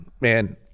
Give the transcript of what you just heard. man